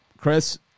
Chris